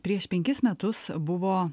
prieš penkis metus buvo